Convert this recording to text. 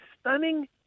stunning